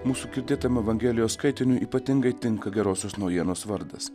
mūsų girdėtam evangelijos skaitiniui ypatingai tinka gerosios naujienos vardas